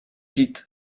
quitte